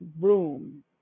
room